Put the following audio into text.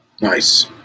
Nice